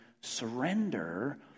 surrender